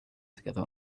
together